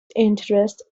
interest